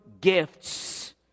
gifts